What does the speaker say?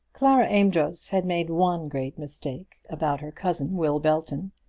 clara amedroz had made one great mistake about her cousin, will belton,